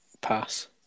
Pass